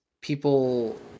people